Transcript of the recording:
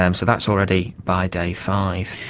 um so that's already by day five.